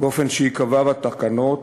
באופן שייקבע בתקנות